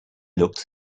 looks